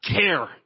care